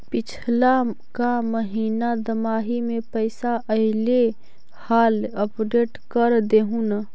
पिछला का महिना दमाहि में पैसा ऐले हाल अपडेट कर देहुन?